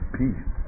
peace